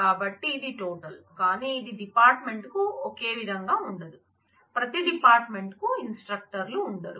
కాబట్టి ఇది టోటల్ కానీ ఇది డిపార్ట్మెంట్ కు ఒకేవిధంగా ఉండదు ప్రతి డిపార్టమెంట్ కు ఇన్స్ట్రక్టర్ లు ఉండరు